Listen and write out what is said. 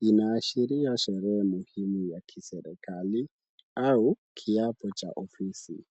Inaashiria sherehe muhimu ya kiserikali au kiapo cha ofisi.